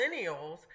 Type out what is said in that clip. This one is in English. Millennials